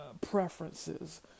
preferences